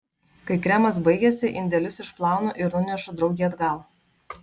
kai kremas baigiasi indelius išplaunu ir nunešu draugei atgal